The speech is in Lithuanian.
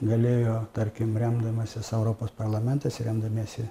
galėjo tarkim remdamasis europos parlamentas remdamiesi